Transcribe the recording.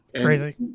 Crazy